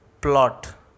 plot